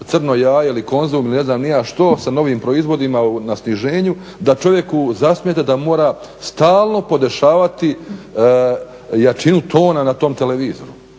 Crno jaje ili Konzum ili ne znam ni ja što sa novim proizvodima na sniženju da čovjeku zasmeta da mora stalno podešavati jačinu tona na tom televizoru.